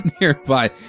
nearby